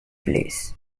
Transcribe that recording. bliss